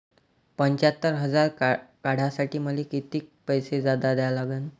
पंच्यात्तर हजार काढासाठी मले कितीक पैसे जादा द्या लागन?